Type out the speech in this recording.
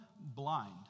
blind